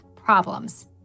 problems